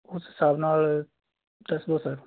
ਉਸ ਹਿਸਾਬ ਨਾਲ ਦੱਸ ਦਓ ਸਰ